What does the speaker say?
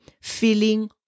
feeling